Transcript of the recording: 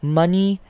money